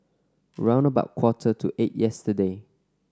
round about quarter to eight yesterday